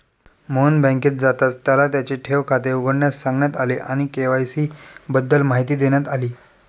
मोहन बँकेत जाताच त्याला त्याचे ठेव खाते उघडण्यास सांगण्यात आले आणि के.वाय.सी बद्दल माहिती देण्यात आली